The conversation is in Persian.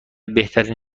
بهترین